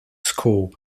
school